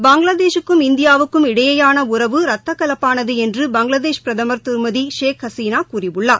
பங்களாதேஷூக்கும் இந்தியாவுக்கும் இடையேயாள உறவு ரத்தகவப்பானது என்று பங்களாதேஷ் பிரதமர் திருமதி ஷேக் ஹசீனா கூறியுள்ளார்